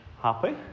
happy